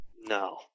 no